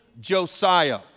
Josiah